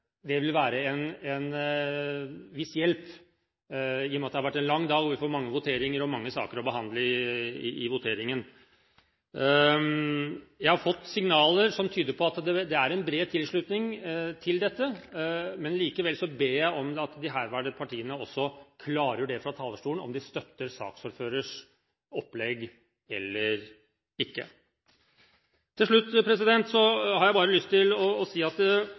– vil det være til en viss hjelp, i og med at det har vært en lang dag og vi har mange saker å votere over. Jeg har fått signaler som tyder på at det er en bred tilslutning til dette. Likevel ber jeg om at også de herværende partiene klargjør fra talerstolen om de støtter saksordførerens opplegg eller ikke. Til slutt har jeg lyst til bare å si at